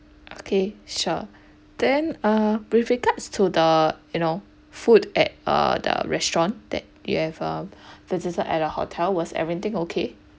okay sure then uh with regards to the you know food at uh the restaurant that you have uh visited at our hotel was everything okay